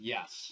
Yes